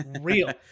Real